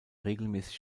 regelmäßig